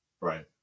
Right